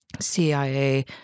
CIA